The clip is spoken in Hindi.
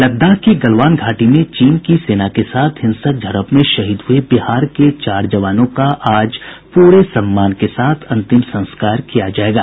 लद्दाख की गलवान घाटी में चीन की सेना के साथ हिंसक झड़प में शहीद हुये बिहार के चार जवानों का आज पूरे सम्मान के साथ अंतिम संस्कार किया जायेगा